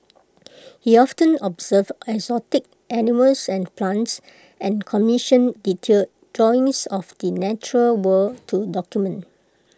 he often observed exotic animals and plants and commissioned detailed drawings of the natural world to document